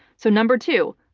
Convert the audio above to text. so number two,